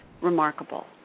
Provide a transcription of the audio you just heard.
remarkable